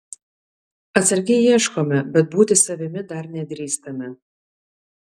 atsargiai ieškome bet būti savimi dar nedrįstame